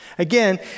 Again